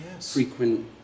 frequent